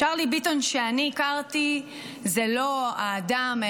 צ'רלי ביטון שאני הכרתי הוא לא האדם,